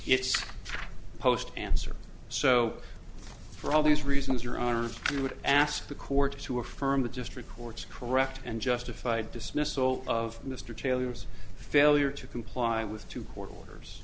it's post answer so for all these reasons your honor you would ask the court to affirm that just reports correct and justified dismissal of mr taylor's failure to comply with two court orders